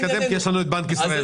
תתקדם כי יש לנו את בנק ישראל עוד מעט.